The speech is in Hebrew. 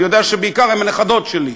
אני יודע שבעיקר הן הנכדות שלי.